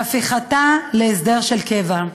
והפיכתה להסדר של קבע.